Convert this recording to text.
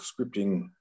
scripting